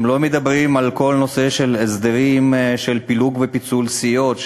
הם לא מדברים על כל הנושא של הסדרים של פילוג ופיצול סיעות,